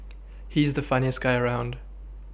he's the funniest guy around